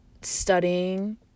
studying